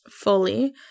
fully